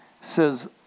says